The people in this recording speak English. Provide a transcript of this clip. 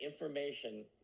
information